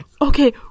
okay